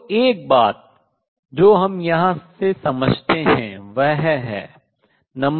तो एक बात जो हम यहां से समझते हैं वह है